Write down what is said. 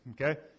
okay